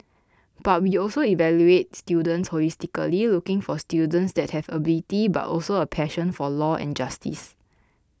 but we also evaluate students holistically looking for students that have ability but also a passion for law and justice